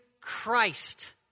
Christ